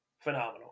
Phenomenal